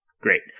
Great